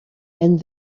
and